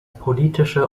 politische